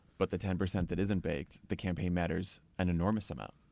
but the ten percent that isn't baked, the campaign matters an enormous amount.